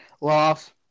Loss